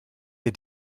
der